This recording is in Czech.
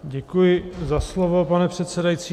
Děkuji za slovo, pane předsedající.